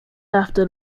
after